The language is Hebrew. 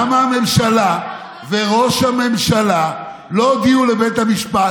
למה הממשלה וראש הממשלה לא הודיעו לבית המשפט: